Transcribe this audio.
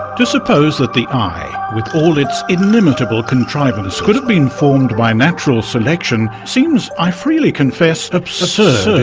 to suppose that the eye, with all its inimitable contrivances could have been formed by natural selection, seems, i freely confess, absurd